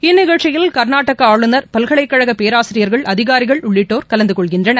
இந்நிகழ்ச்சியில் கர்நாடக ஆளுநர் பல்கலைக்கழக பேராசிரியர்கள் அதிகாரிகள் உள்ளிட்டோர் கலந்துகொள்கின்றனர்